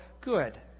good